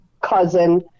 cousin